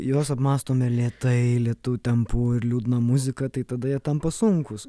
juos apmąstome lėtai lėtu tempu ir liūdna muzika tai tada jie tampa sunkūs